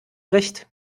recht